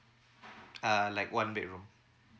uh like one bedroom